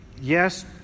Yes